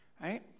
right